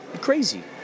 crazy